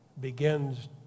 begins